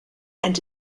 and